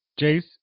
Jace